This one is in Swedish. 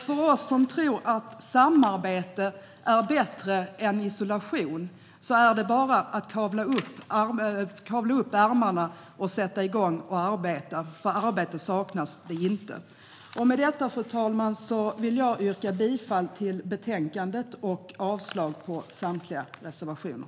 För oss som tror att samarbete är bättre än isolation är det bara att kavla upp ärmarna och sätta igång att arbeta, för arbete saknas inte. Med detta, fru talman, yrkar jag bifall till förslaget i betänkandet och avslag på samtliga reservationer.